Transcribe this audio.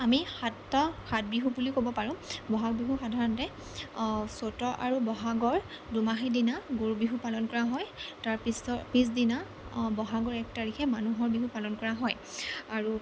আমি সাতটা সাতবিহু বুলিও ক'ব পাৰোঁ বহাগ বিহু সাধাৰণতে চ'তৰ আৰু বহাগৰ দুমাহীৰ দিনা গৰুবিহু পালন কৰা হয় তাৰপিছৰ পিছদিনা বহাগৰ এক তাৰিখে মানুহৰ বিহু পালন কৰা হয় আৰু